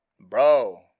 Bro